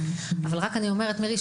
מירי,